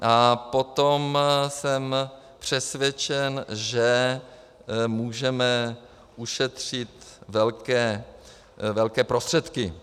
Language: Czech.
A potom jsem přesvědčen, že můžeme ušetřit velké prostředky.